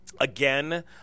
Again